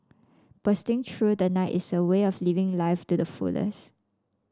bursting through the night is a way of living life to the fullest